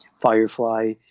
Firefly